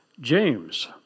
James